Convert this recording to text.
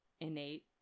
innate